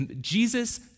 Jesus